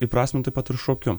įprasminu taip pat ir šokiu